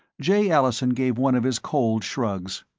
jay allison gave one of his cold shrugs.